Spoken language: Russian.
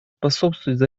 способствовать